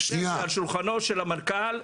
והנושא הזה על שולחנו של המנכ"ל,